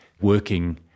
working